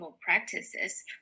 practices